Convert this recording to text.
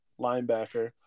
linebacker